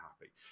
happy